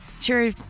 Sure